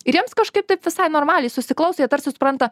ir jiems kažkaip taip visai normaliai susiklausė jie tarsi supranta